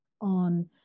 on